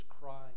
crying